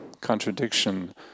contradiction